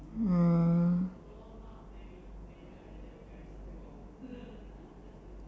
mm